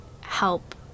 help